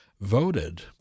voted